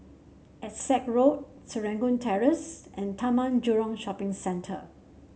Essex Road Serangoon Terrace and Taman Jurong Shopping Centre